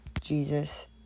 Jesus